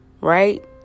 right